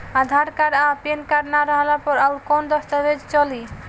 आधार card आ pan card ना रहला पर अउरकवन दस्तावेज चली?